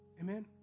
Amen